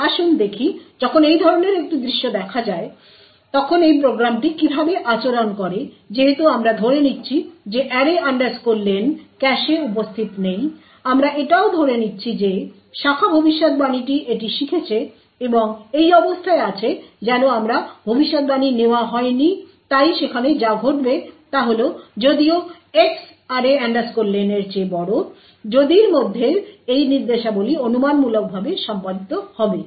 তাই আসুন দেখি যখন এই ধরনের একটি দৃশ্য দেখা যায় তখন এই প্রোগ্রামটি কীভাবে আচরণ করে যেহেতু আমরা ধরে নিচ্ছি যে array len ক্যাশে উপস্থিত নেই আমরা এটাও ধরে নিচ্ছি যে শাখা ভবিষ্যদ্বাণীটি এটি শিখেছে এবং এই অবস্থায় আছে যেন আমার ভবিষ্যদ্বাণী নেওয়া হয়নি তাই সেখানে যা ঘটবে তা হল যদিও X array len এর চেয়ে বড় যদির মধ্যের এই নির্দেশাবলী অনুমানমূলকভাবে সম্পাদিত হবে